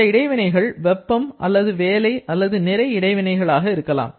இந்த இடைவினைகள் வெப்பம் அல்லது வேலை அல்லது நிறை இடைவினைகள் ஆக இருக்கலாம்